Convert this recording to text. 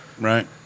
Right